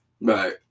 Right